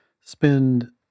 spend